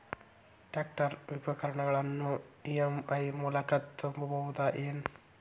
Tractor ಉಪಕರಣಗಳನ್ನು EMI ಮೂಲಕ ತುಂಬಬಹುದ ಏನ್?